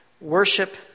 worship